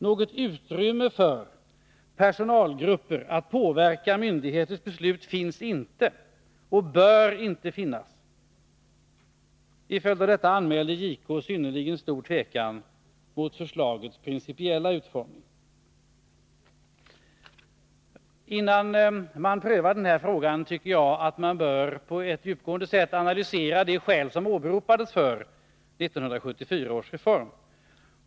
Något utrymme för personalgrupper att påverka myndigheters beslut finns inte och bör inte finnas.” Till följd av detta anmälde JK synnerligen stor tvekan mot förslagets principiella utformning. Innan man prövar den här frågan tycker jag att man på ett djupgående sätt bör analysera de skäl som åberopades för 1974 års reform.